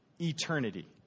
eternity